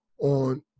on